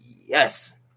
Yes